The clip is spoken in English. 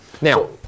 Now